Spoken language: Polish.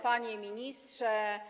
Panie Ministrze!